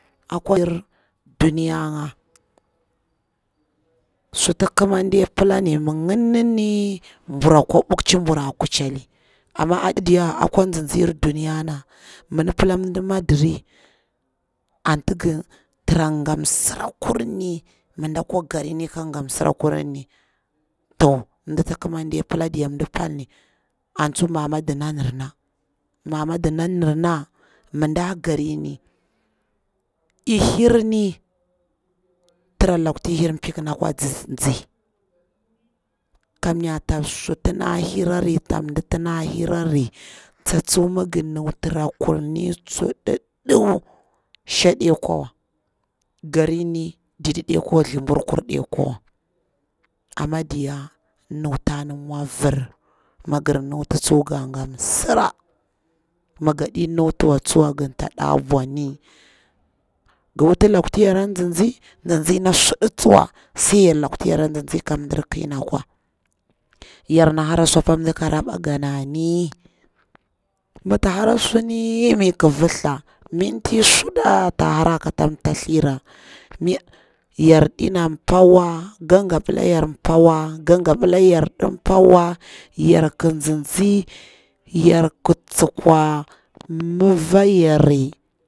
Akwa duniya nga sutu ƙa man de palani, ma nganini mbru kwa ɓukchi, mbrura kuchali, amma ɗiya akwa nzizi duniya ma nda pala nda madari anta nga tara nga simra kurni ma nda kwa garin sura kurni, to ndagi ƙa mande pala ɗiya nda pani an tsu mamadu na narna mamadu na narna ma da garin ni hir ni luktu tara piknakwa nzi, kamyar tan sutu inda hirani tu da hira ni tsaɗuɗau ma ga nuta la kurni, sha ɗi kwa wa garini dide ade kwa wa ko thabru kur ade kwa wa, amma ɗiya nutani mwa var, ma nga nuta tsuwa ga nga msira, ma ganɗi nutu wa tsuwa ga ta ɗa bwani, nga wuta luku ta ya ri kwa nzizi, nzizi na suɗa tsuwa, sai luktu yara nzizi ka ƙi na kwa, yar na hara su apa ndaka raɓa ganani, ma ta hara suni, tin miƙa valtha minti suɗa ta hara ka ta tamthara, yar ɗi na pawa ga gaɓala yar pa wa, ga pila yar ɗi pa wa, yar ko nzinzi, yar ƙa tsukwa malkyare.